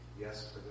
yes